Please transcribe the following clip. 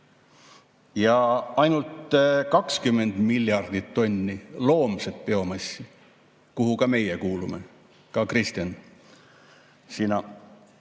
ja ainult 20 miljardit tonni loomset biomassi, kuhu ka meie kuulume – Kristen, ka sina.